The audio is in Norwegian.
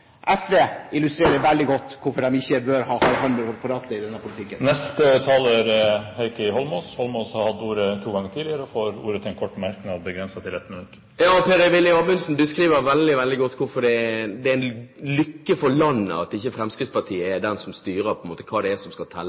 SV illustrerer veldig godt hvorfor de ikke bør ha hånden på rattet i denne politikken. Representanten Heikki Holmås har hatt ordet to ganger tidligere og får ordet til en kort merknad, begrenset til 1 minutt. Per-Willy Amundsen beskriver veldig, veldig godt hvorfor det er en lykke for landet at Fremskrittspartiet ikke styrer hva som skal telle som menneskeverd og menneskerettigheter her i landet. Jeg sa overhodet ikke at alle mennesker som er på flukt overalt i verden, skal